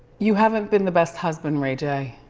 you haven't been the best husband, ray j.